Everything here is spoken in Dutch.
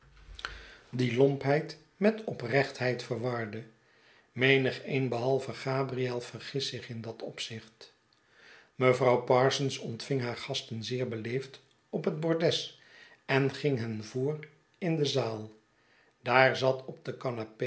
die lompheid met oprechtheid verwarde menigeen behalve gabriel vergist zich in dat opzicht mevrouw parsons ontving haar gasten zeer beleefd op het bordes en ging hen voor in de zaal daar zat op de